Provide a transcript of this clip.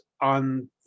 on